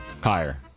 Higher